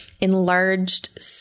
enlarged